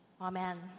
Amen